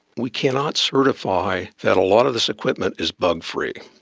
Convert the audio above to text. we cannot certify that a lot of this equipment is bug free,